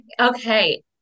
Okay